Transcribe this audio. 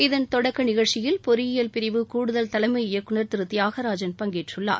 இதன் தொடக்க நிகழ்ச்சியில் பொறியியல் பிரிவு கூடுதல் தலைமை இயக்குநர் திரு தியாகராஜன் பங்கேற்றுள்ளார்